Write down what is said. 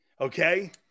Okay